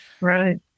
Right